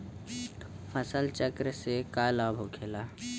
फसल चक्र से का लाभ होखेला?